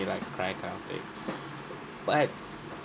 like cry kind of thing but